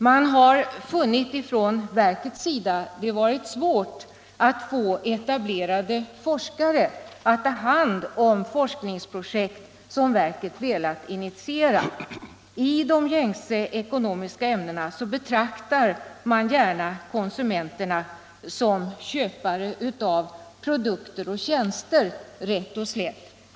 Man har från verkets sida funnit att det varit svårt att få etablerade forskare att ta hand om forskningsprojekt som verket velat initiera. I de gängse ekonomiska ämnena betraktar man gärna konsumenterna som köpare av produkter och tjänster rätt och slätt.